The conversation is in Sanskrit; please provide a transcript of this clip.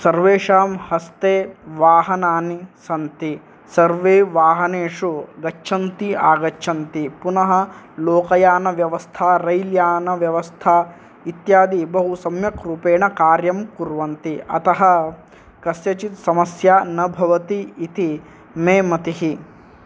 सर्वेषां हस्ते वाहनानि सन्ति सर्वे वाहनेषु गच्छन्ति आगच्छन्ति पुनः लोकयानव्यवस्था रैल्यानव्यवस्था इत्यादि बहु सम्यक्रूपेण कार्यं कुर्वन्ति अतः कस्यचित् समस्या न भवति इति मे मतिः